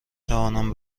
توانم